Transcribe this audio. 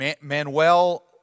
Manuel